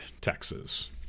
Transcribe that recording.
Texas